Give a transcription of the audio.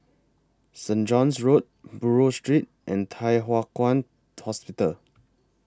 St John's Road Buroh Street and Thye Hua Kwan Hospital